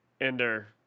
Ender